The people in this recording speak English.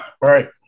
Right